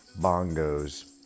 Bongos